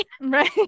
Right